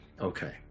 Okay